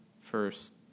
first